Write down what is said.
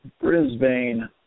Brisbane